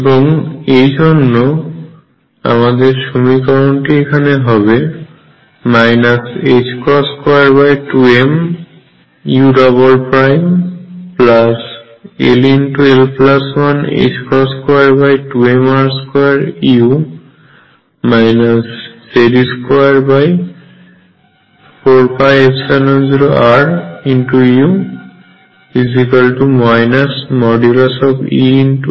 এবং এই জন্য আমাদের সমীকরণটি এখানে হবে 22mull122mr2u Ze24π0ru Eu